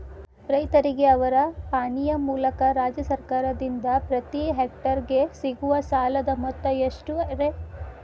ರೈತರಿಗೆ ಅವರ ಪಾಣಿಯ ಮೂಲಕ ರಾಜ್ಯ ಸರ್ಕಾರದಿಂದ ಪ್ರತಿ ಹೆಕ್ಟರ್ ಗೆ ಸಿಗುವ ಸಾಲದ ಮೊತ್ತ ಎಷ್ಟು ರೇ?